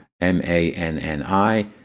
M-A-N-N-I